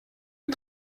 est